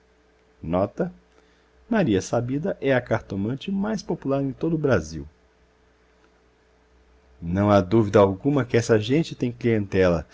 nota maria sabida é a cartomante mais popular em todo o brasil não há dúvida alguma que essa gente tem clientela